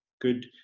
good